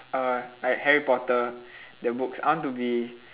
uh like harry-potter the books I want to be